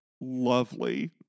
lovely